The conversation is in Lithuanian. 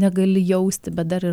negali jausti bet dar ir